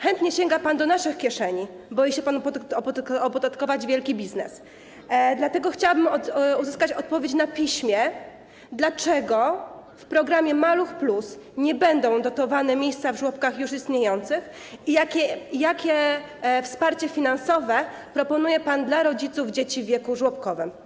Chętnie sięga pan do naszych kieszeni, boi się pan opodatkować wielki biznes, dlatego chciałabym uzyskać odpowiedź na piśmie, dlaczego w programie „Maluch+” nie będą dotowane miejsca w żłobkach już istniejących i jakie wsparcie finansowe proponuje pan dla rodziców dzieci w wieku żłobkowym.